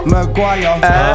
Maguire